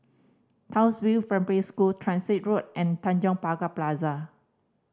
Townsville Primary School Transit Road and Tanjong Pagar Plaza